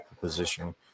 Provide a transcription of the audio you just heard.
position